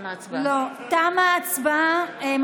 תמה ההצבעה.